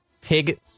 Pig